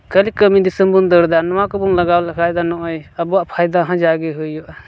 ᱠᱷᱟᱹᱞᱤ ᱠᱟᱹᱢᱤ ᱫᱤᱥᱚᱢ ᱵᱚᱱ ᱫᱟᱹᱲᱫᱟ ᱱᱚᱣᱟ ᱠᱚᱵᱚᱱ ᱞᱟᱜᱟᱣ ᱞᱮᱠᱷᱟᱡ ᱫᱚ ᱱᱚᱜᱼᱚᱸᱭ ᱟᱵᱚᱣᱟᱜ ᱯᱷᱟᱭᱫᱟ ᱦᱚᱸ ᱡᱟᱜᱮ ᱦᱩᱭᱩᱜᱼᱟ